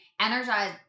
energize